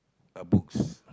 uh books